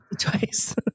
twice